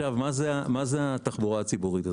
מה זה התחבורה הציבורית,